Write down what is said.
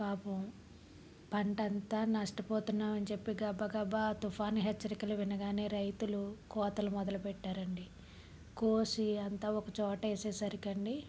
పాపం పంట అంతా నష్టపోతున్నామని చెప్పి గబగబా తుఫాన్ హెచ్చరికలు వినగానే రైతులు కోతలు మొదలుపెట్టారండి కోసి అంతా ఒక చోటేసేసరికండీ